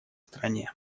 стране